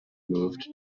moved